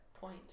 point